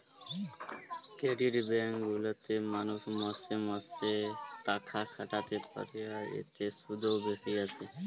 credit bank গুলাতে মালুষ মাসে মাসে তাকাখাটাতে পারে, আর এতে শুধ ও বেশি আসে